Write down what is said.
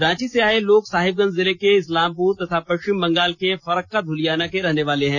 रांची से आये लोग साहिबगंज जिले के इस्लामपुर तथा पश्चिम बंगाल के फरक्का धूलियांन के रहने वाले हैं